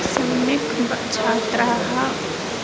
सम्यक् ब छात्राः